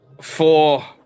Four